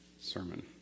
sermon